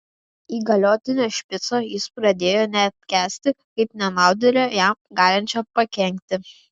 įgaliotinio špico jis pradėjo neapkęsti kaip nenaudėlio jam galinčio pakenkti